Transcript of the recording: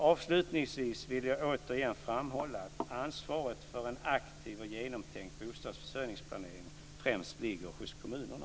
Avslutningsvis vill jag återigen framhålla att ansvaret för en aktiv och genomtänkt bostadsförsörjningsplanering främst ligger hos kommunerna.